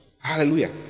Hallelujah